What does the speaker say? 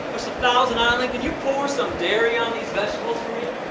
or some thousand island? can you pour some dairy on these vegetables for me?